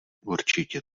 určitě